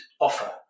offer